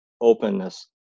openness